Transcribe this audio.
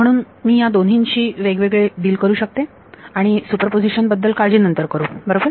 म्हणून मी या दोन्हींशी वेगवेगळे डील करू शकते आणि सुपरपोझिशन बद्दल काळजी नंतर करू बरोबर